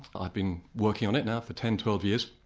i've been working on it now for ten, twelve years,